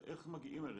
איך מגיעים אליהם?